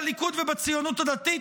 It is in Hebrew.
בליכוד ובציונות הדתית,